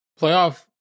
Playoff